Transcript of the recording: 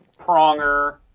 Pronger